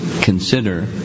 consider